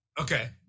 okay